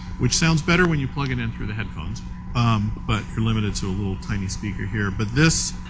which sounds better when you plug it in through the headphones um but limited to a little tiny speaker here. but this,